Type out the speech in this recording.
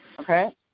Okay